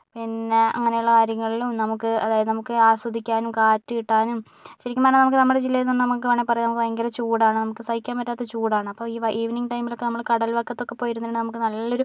പിന്നെ അങ്ങനുള്ള കാര്യങ്ങളിലും നമുക്ക് അതായത് നമുക്ക് ആസ്വദിക്കാനും കാറ്റ് കിട്ടാനും ശരിക്കും പറഞ്ഞാൽ നമുക്ക് നമ്മുടെ ജില്ലെന്ന് പറഞ്ഞാൽ നമുക്ക് വേണങ്കി പറയാം ഭയങ്കര ചൂടാണ് നമുക്ക് സഹിക്കാൻ പറ്റാത്ത ചൂടാണ് അപ്പം ഈവെനിംഗ് ടൈമിലക്കെ നമ്മള് കടൽ വക്കത്തക്കെ പോയിരുന്നിട്ടുണ്ടേ ൽ നമുക്ക് നല്ലൊരു